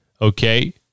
Okay